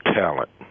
talent